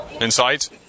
insights